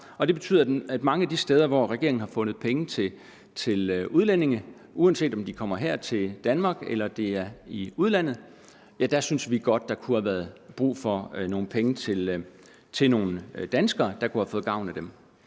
det betyder, at mange af de steder, hvor regeringen har fundet penge til udlændinge – uanset om de kommer her til Danmark eller det er i udlandet – synes vi godt at der kunne have været brug for nogle penge til nogle danskere, der kunne have fået gavn af dem.